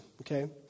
okay